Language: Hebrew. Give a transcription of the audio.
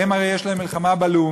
והם הרי יש להם מלחמה בלאומיות,